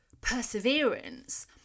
perseverance